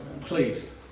please